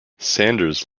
sanders